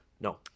No